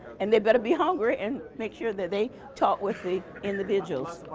and they better be hungry and make sure that they talk with the individuals.